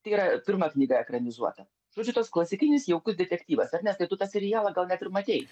tai yra pirma knyga ekranizuota siužetas klasikinis jaukus detektyvas ar ne tai tu tą serialą gal net ir matei